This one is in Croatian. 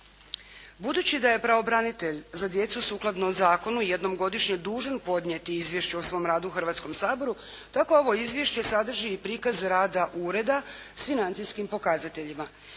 Budući da je pravobranitelj za djecu sukladno zakonu jednom godišnje dužan podnijeti izvješće o svom radu Hrvatskom saboru, tako ovo izvješće sadrži i prikaz rada ureda s financijskim pokazateljima.